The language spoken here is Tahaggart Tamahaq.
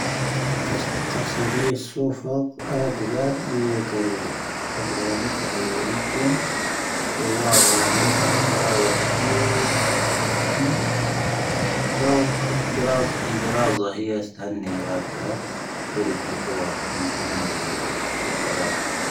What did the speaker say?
ⵏⴰⴽⴰ ⵉⵙⵜⴰⴽⴰⵍ ⵙⴰⵔⵉⴰ ⵙoⴼⴰ ⴰⴳⴰⴷⵔⴰⵔ ⵉⵢⴰ ⴳⴰⵔⵢo. ⴰⴳⴰⴷⵔⴰⵔ ⵏⵜⴰ ⵀⵉⵢⴰ ⵢⴻⵎⴼⵓⵏ. ⵢⴰⵡⴰⴳⴰⵀⵉ ⴰⵢⴻⴽⵉⵏ. ⴷⴰⵡⴰⵀⴰⵔⴰⵜⴰⵏ. ⴷⴰⵍⴳⴰⴷ ⴳⵔⴰⵣⴰ ⵉⵢⴰ ⴳⵔⴰⵣⴰ ⵀⵉⵢⴰ ⴰⵙⵜⵀⴰⵏⴻ ⴰⴳⴰⴷⵔⴰⵔ. ⵉⵢⴰ ⴷⵏⴻ ⴽⴰⵡⴰⴷ ⵎⵏ ⵜⵉ ⵏⴰⵔⵉⵡⴻ. ⵙoⴼⴰ ⴰⴳⴰⴷⵔⴰⵔ.